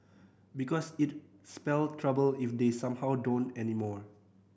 because it'd spell trouble if they somehow don't anymore